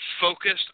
focused